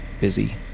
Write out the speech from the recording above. busy